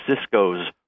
Cisco's